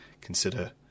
consider